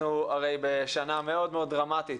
אנחנו נמצאים בשנה מאוד דרמטית